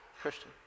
Christian